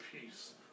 peace